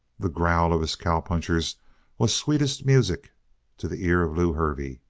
the growl of his cowpunchers was sweetest music to the ear of lew hervey.